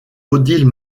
odile